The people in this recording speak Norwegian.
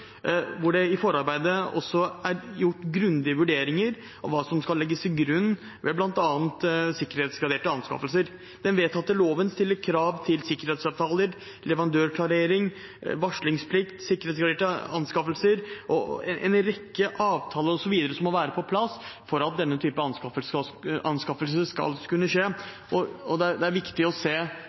hvor det i forarbeidene er gjort grundige vurderinger av hva som skal legges til grunn ved bl.a. sikkerhetsgraderte anskaffelser. Den vedtatte loven stiller krav til sikkerhetsavtaler, leverandørklarering, varslingsplikt, sikkerhetsgraderte anskaffelser, en rekke avtaler, osv., som må være på plass for at denne typen anskaffelse skal kunne skje. Det er viktig å se